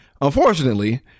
Unfortunately